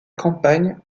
campagne